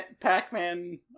Pac-Man